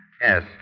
Yes